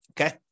Okay